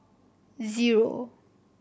zero